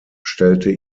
stellte